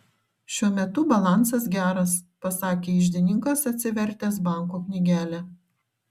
šiuo metu balansas geras pasakė iždininkas atsivertęs banko knygelę